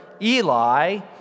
Eli